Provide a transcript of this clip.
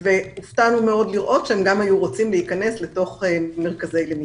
והופתענו מאוד לראות שהם גם היו רוצים להיכנס לתוך מרכזי למידה.